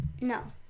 No